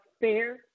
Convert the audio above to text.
fair